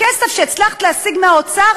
הכסף שהצלחת להשיג מהאוצר,